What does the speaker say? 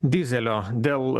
dyzelio dėl